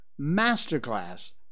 masterclass